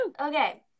Okay